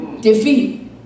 defeat